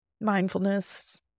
mindfulness